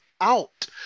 out